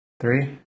three